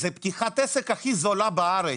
זה פתיחת עסק הכי זולה בארץ,